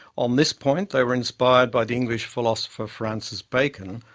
on this point they were inspired by the english philosopher, francis bacon,